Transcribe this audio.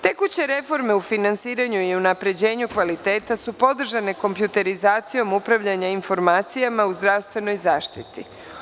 Tekuće reforme u finansiranju i unapređenju kvaliteta su podržane kompjuterizacijom upravljanja informacijama u zdravstvenoj zaštiti.